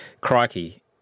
crikey